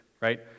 Right